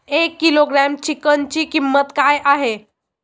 एक किलोग्रॅम चिकनची किंमत काय आहे?